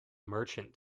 merchant